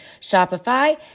Shopify